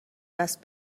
دست